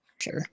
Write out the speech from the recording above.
Sure